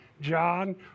John